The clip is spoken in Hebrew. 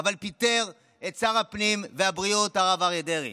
פיטר את שר הפנים והבריאות הרב אריה דרעי.